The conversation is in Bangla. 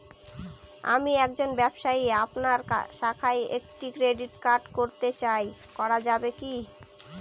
আমি একজন ব্যবসায়ী আপনার শাখায় একটি ক্রেডিট কার্ড করতে চাই করা যাবে কি?